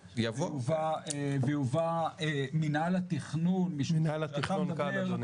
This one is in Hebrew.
תקדים ומרחיק זוגות צעירים מן החלום לקנות דירה.